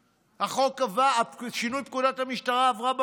שינוי פקודת המשטרה עבר במליאה.